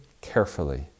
carefully